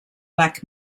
black